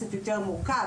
קצת יותר מורכב,